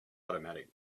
automatic